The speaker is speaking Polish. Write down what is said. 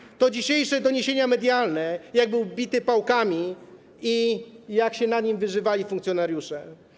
Mówią o tym dzisiejsze doniesienia medialne, jak był bity pałkami i jak się na nim wyżywali funkcjonariusze.